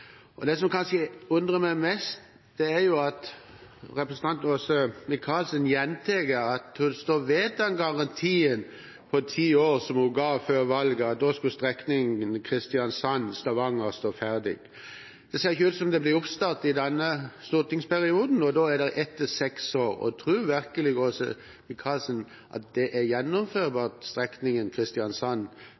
Det som kanskje forundrer meg mest, er at representanten Åse Michaelsen gjentar at hun står ved den garantien på ti år som hun ga før valget – at da skulle strekningen Kristiansand–Stavanger stå ferdig. Det ser ikke ut som det blir oppstart i denne stortingsperioden, og dermed blir det i løpet av seks år. Tror virkelig Åse Michaelsen at det er gjennomførbart å få ferdig strekningen